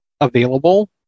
available